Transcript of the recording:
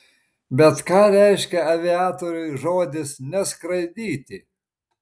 bet ką reiškia aviatoriui žodis neskraidyti